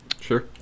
Sure